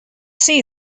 see